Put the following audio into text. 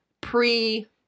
pre